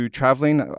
traveling